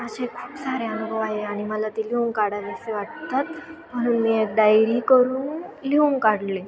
असे खूप सारे अनुभव आहे आणि मला ते लिहून काढावेसे वाटतात म्हणून मी एक डायरी करून लिहून काढले